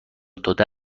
داده